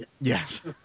Yes